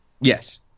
Yes